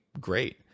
great